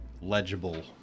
legible